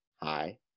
Hi